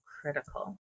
critical